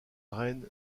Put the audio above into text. reine